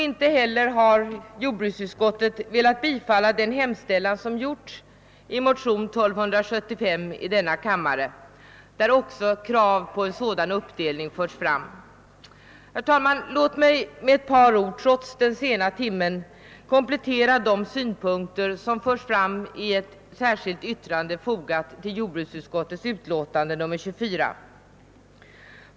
Inte heller har jordbruksutskottet velat biträda den hemställan som gjorts i motion II: 1275, där också krav på en sådan uppdelning framförts. Herr talman! Låt mig trots den sena timmen med några få ord komplettera de synpunkter som framlagts i ett särskilt yttrande fogat vid jordbruksutskottets utlåtande nr 24.